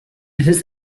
his